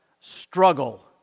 struggle